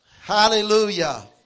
Hallelujah